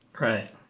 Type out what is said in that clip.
Right